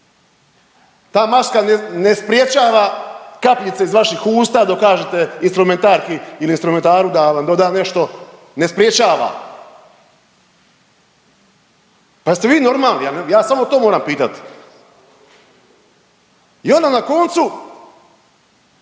ta maska ne sprječava kapljice iz vaših usta dok kažete instrumentarki ili instrumentaru da vam doda nešto, ne sprječava. Pa jeste vi normalni? Ja samo to moram pitati. I onda na koncu